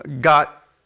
got